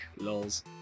lols